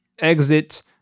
exit